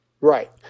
right